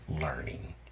learning